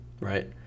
Right